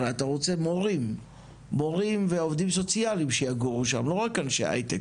הרי אתה רוצה מורים ועובדים סוציאליים שיגורו שם ולא רק אנשי הייטק,